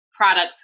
products